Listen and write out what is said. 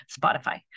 spotify